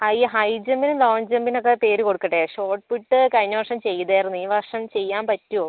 high high ജമ്പിനും long ജമ്പിനൊക്കെ പേര് കൊടുക്കട്ടെ ഷോട്ട്പുട്ട് കഴിഞ്ഞ വർഷം ചെയ്തിരുന്നു ഈ വർഷം ചെയ്യാൻ പറ്റുമോ